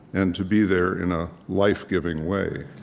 and to be there in a life-giving way